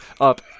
up